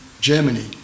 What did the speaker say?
Germany